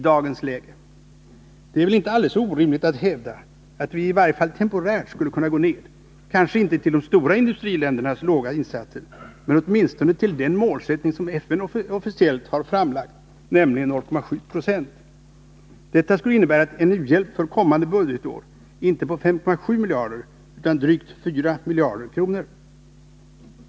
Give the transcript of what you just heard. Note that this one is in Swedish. Det är väl inte alldeles orimligt att hävda att vi i varje fall temporärt skulle kunna gå ned kanske inte till de stora industriländernas låga insatser men åtminstone till den målsättning som FN officiellt har framlagt, nämligen 0,7 Jo. Det skulle innebära en u-hjälp för kommande år på inte 5,7 miljarder kronor utan drygt 4 miljarder kronor.